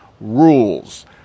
rules